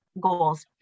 goals